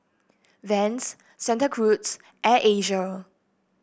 Vans Santa Cruz Air Asia